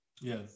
Yes